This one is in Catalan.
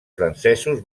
francesos